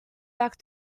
back